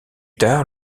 tard